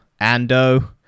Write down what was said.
Ando